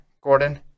Gordon